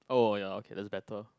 oh ya okay that's better